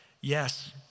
yes